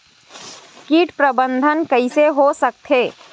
कीट प्रबंधन कइसे हो सकथे?